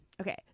okay